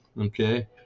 okay